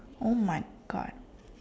oh my God